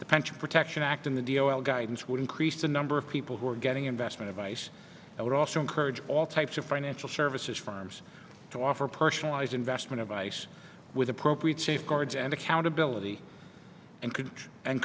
pension protection act in the d l l guidance would increase the number of people who are getting investment advice i would also encourage all types of financial services firms to offer personalized investment advice with appropriate safeguards and accountability and